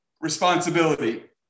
responsibility